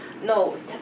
No